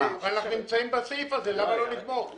אבל אנחנו נמצאים בסעיף הזה, למה לא לגמור?